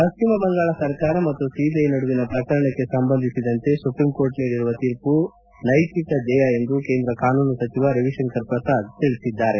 ಪ್ಲಿಮ ಬಂಗಾಳ ಸರ್ಕಾರ ಮತ್ತು ಸಿಬಿಐ ನಡುವಿನ ಪ್ರಕರಣಕ್ಕೆ ಸಂಬಂಧಿಸಿದಂತೆ ಸುಪ್ರೀಂ ಕೋರ್ಟ್ ನೀಡಿರುವ ತೀರ್ಮ ನೈತಿಕ ಜಯ ಎಂದು ಕೇಂದ್ರ ಕಾನೂನು ಸಚಿವ ರವಿಶಂಕರ್ ಪ್ರಸಾದ್ ಹೇಳಿದ್ದಾರೆ